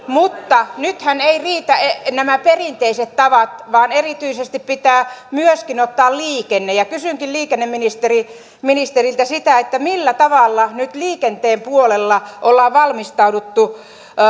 mutta nythän eivät riitä nämä perinteiset tavat vaan erityisesti pitää myöskin ottaa liikenne kysynkin liikenneministeriltä sitä millä tavalla nyt liikenteen puolella ollaan valmistauduttu